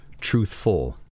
truthful